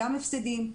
גם הפסדים,